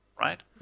right